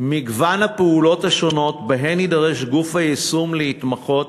מגוון הפעולות השונות שבהן יידרש גוף היישום להתמחות